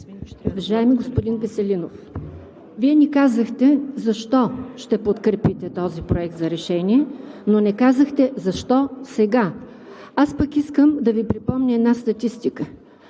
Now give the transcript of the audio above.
Уважаеми господин Веселинов, Вие ни казахте защо ще подкрепите този проект за решение, но не казахте защо сега. Аз пък искам да Ви припомня една статистика.